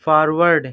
forward